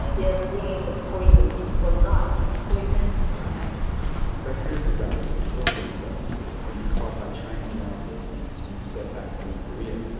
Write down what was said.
yeah bringing the poison or knife poison or knife defectors would rather kill themselves than be caught by chinese law enforcement and sent back to north korea.